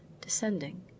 descending